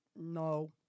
No